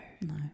no